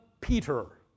Peter